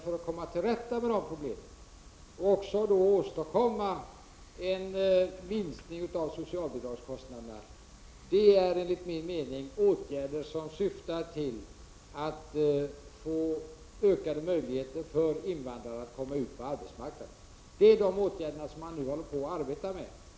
För att komma till rätta med dessa problem och åstadkomma en minskning av socialbidragskostnaderna är enligt min mening de viktigaste åtgärderna de som syftar till ökade möjligheter för invandrare att komma ut på arbetsmarknaden. Det är sådana åtgärder vi håller på att arbeta med.